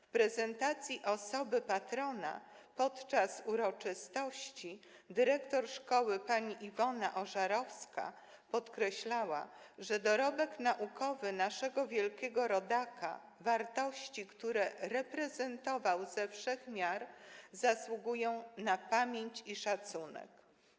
W prezentacji osoby patrona podczas uroczystości dyrektor szkoły pani Iwona Ożarowska podkreślała, że dorobek naukowy naszego wielkiego rodaka, wartości, które reprezentował, ze wszech miar zasługują na pamięć i szacunek.